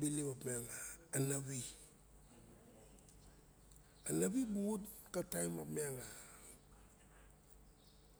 Bilip opiang a nvai. Anavi buxot ka taim opian